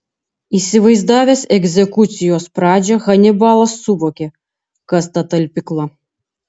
įsivaizdavęs egzekucijos pradžią hanibalas suvokė kas ta talpykla